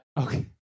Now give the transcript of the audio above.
Okay